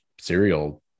cereal